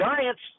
Giants